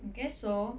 I guess so